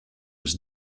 was